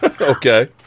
Okay